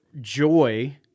joy